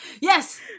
yes